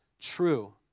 true